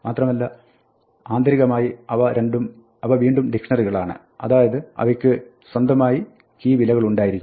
മാത്രമല്ല ആന്തരികമായി അവ വീണ്ടും ഡിക്ഷ്ണറികളാണ് അതായത് അവയ്ക്ക് സ്വന്തമായി കീ വിലകളുണ്ടായിരിക്കും